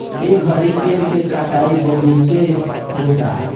ए घड़ी पेड़ के कटाई बहुते होता